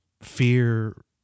fear